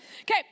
Okay